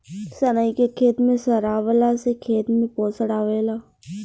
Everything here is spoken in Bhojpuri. सनई के खेते में सरावला से खेत में पोषण आवेला